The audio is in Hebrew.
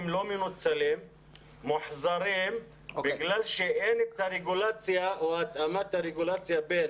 לא מנוצלים ומוחזרים בגלל שאין התאמת הרגולציה בין